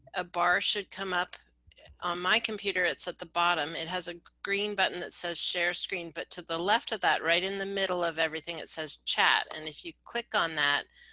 a bar should come up on my computer. it's at the bottom. it has a green button that says share screen, but to the left of that right in the middle of everything. it says chat and if you click on that.